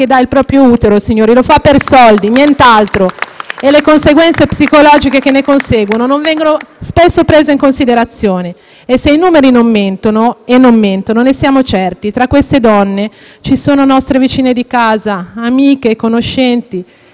Le conseguenze psicologiche che ne conseguono non vengono spesso prese in considerazione. Se i numeri non mentono - non mentono e ne siamo certi - tra queste donne ci sono nostre vicine di casa, amiche e conoscenti e ci potrebbero essere anche le nostre bambine.